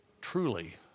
truly